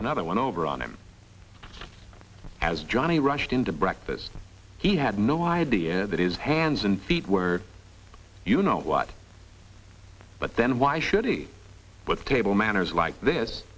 another one over on him as johnny rushed into breakfast he had no idea that his hands and feet were you know what but then why should he but the table manners like this